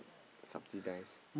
subsidise